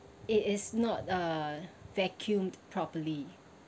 it is not uh vacuumed properly